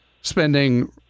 spending